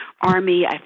army